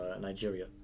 Nigeria